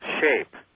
shape